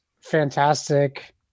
fantastic